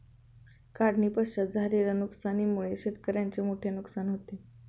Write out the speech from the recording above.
काढणीपश्चात झालेल्या नुकसानीमुळे शेतकऱ्याचे मोठे नुकसान होते